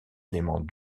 éléments